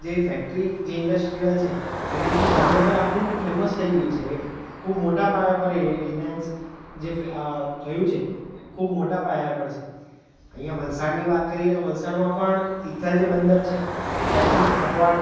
જે ફેક્ટરી જે ઇન્ડસ્ટ્રિયલ છે એનાથી જામનગર આખું ફેમસ થઈ ગયું છે એ ખૂબ મોટા પાયા પર એ રિલાયન્સ જે થયું છે ખૂબ મોટા પાયા પર છે અહીંયાં વલસાડની વાત કરીએ તો વલસાળમાં પણ તિથલ જે બંદર છે ત્યાંથી કકવાડ